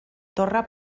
torre